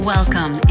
Welcome